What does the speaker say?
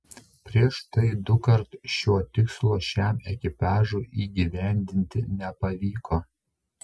prieš tai dukart šio tikslo šiam ekipažui įgyvendinti nepavyko